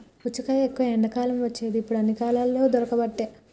పుచ్చకాయ ఎక్కువ ఎండాకాలం వచ్చేది ఇప్పుడు అన్ని కాలాలల్ల దొరుకబట్టె